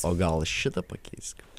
o gal šitą pakeisk